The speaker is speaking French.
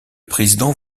président